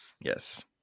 Yes